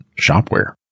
shopware